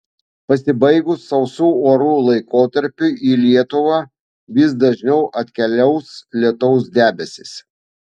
pasibaigus sausų orų laikotarpiui į lietuvą vis dažniau atkeliaus lietaus debesys